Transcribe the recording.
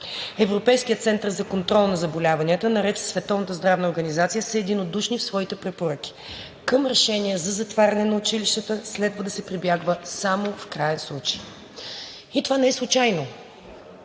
Европейският център за контрол на заболяванията наред със Световната здравна организация са единодушни в своите препоръки – към решение за затваряне на училищата следва да се прибягва само в краен случай и това не е случайно.